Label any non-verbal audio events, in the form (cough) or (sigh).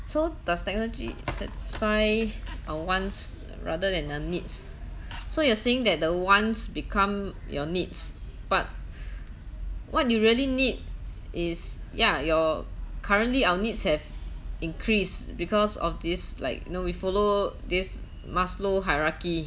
so does technology satisfy our wants rather than the needs (breath) so you are saying that the wants become your needs but (breath) what you really need is yeah your currently our needs have increased because of this like you know we follow this maslow hierarchy